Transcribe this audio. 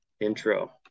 intro